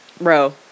Bro